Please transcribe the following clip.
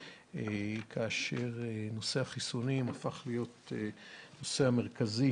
כאשר נושא החיסונים הפך להיות הנושא המרכזי